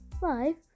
five